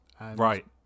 Right